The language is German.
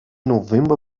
november